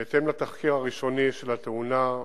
בהתאם לתחקיר הראשוני של התאונה,